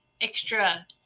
extra